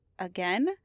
Again